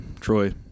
Troy